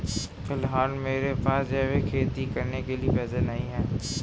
फिलहाल मेरे पास जैविक खेती करने के पैसे नहीं हैं